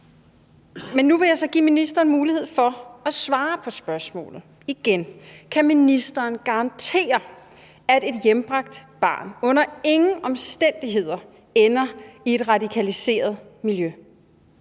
Nu vil jeg så give ministeren mulighed for at svare på spørgsmålet igen: Kan ministeren garantere, at et hjembragt barn under ingen omstændigheder ender i et radikaliseret miljø?